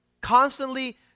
constantly